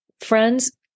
friends